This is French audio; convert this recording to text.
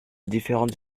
différentes